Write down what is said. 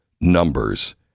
Numbers